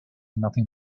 nothing